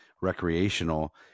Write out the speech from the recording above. recreational